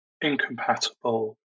incompatible